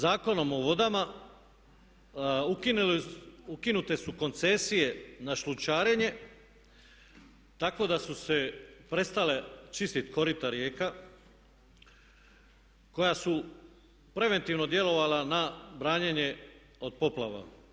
Zakonom o vodama ukinute su koncesije na šljunčarenje tako da su se prestala čistit korita rijeka koja su preventivno djelovala na branjenje od poplava.